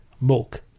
milk